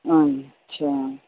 अच्छा